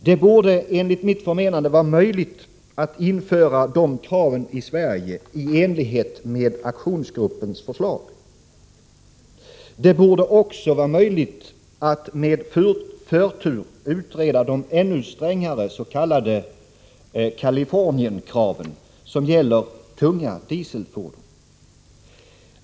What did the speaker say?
Det borde enligt mitt förmenande vara möjligt att införa de kraven i Sverige i enlighet med aktionsgruppens förslag. Det borde också vara möjligt att med förtur utreda de ännu strängare s.k. Kalifornienkraven, som gäller tunga dieselfordon.